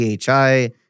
PHI